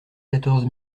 quatorze